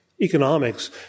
economics